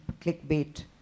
clickbait